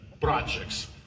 projects